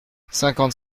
cinquante